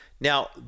Now